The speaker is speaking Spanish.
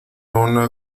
una